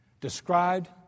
described